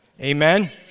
Amen